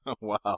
Wow